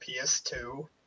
PS2